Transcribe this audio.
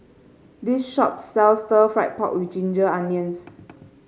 this shop sells Stir Fried Pork with Ginger Onions